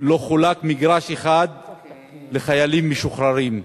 שלא חולק מגרש אחד לחיילים משוחררים.